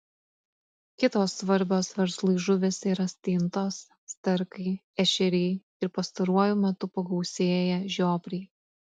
kitos svarbios verslui žuvys yra stintos sterkai ešeriai ir pastaruoju metu pagausėję žiobriai